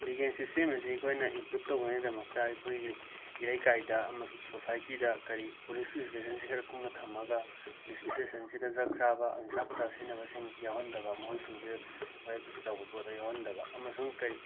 legal system ꯑꯁꯤ ꯑꯩꯈꯣꯏꯅ improve ꯇꯧꯅꯉꯥꯏꯗꯃꯛꯇ ꯑꯩꯈꯣꯏꯒꯤ ꯏꯔꯩꯀꯥꯏꯒꯤꯗ ꯑꯃꯁꯨꯡ ꯁꯣꯁꯥꯏꯇꯤꯗ ꯀꯔꯤ ꯄꯨꯂꯤꯁ ꯏꯁꯇꯦꯁꯟꯁꯦ ꯈꯔ ꯀꯨꯡꯅ ꯊꯝꯃꯒ ꯄꯨꯂꯤꯁ ꯏꯁꯇꯦꯁꯟꯁꯤꯗ ꯗ꯭ꯔꯛ ꯆꯥꯕ ꯅꯤꯁꯥ ꯄꯨꯁꯥ ꯁꯤꯖꯤꯟꯅꯕꯁꯤꯡ ꯌꯥꯎꯍꯟꯗꯕ ꯃꯈꯣꯏꯁꯤꯡꯁꯦ ꯋꯥꯌꯦꯠꯄꯁꯤ ꯇꯧꯕ ꯄꯣꯠꯇ ꯌꯥꯎꯍꯟꯗꯕ ꯑꯃꯁꯨꯡ ꯀꯔꯤ